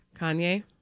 Kanye